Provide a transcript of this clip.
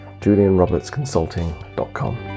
JulianRobertsConsulting.com